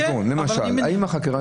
למשל,